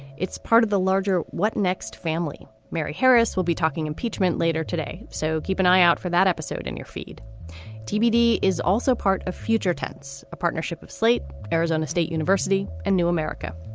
it's part of the larger what next family. mary harris will be talking impeachment later today. so keep an eye out for that episode in your feed tbd is also part of future tense a partnership of slate arizona state university and new america.